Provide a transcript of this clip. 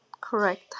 correct